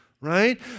Right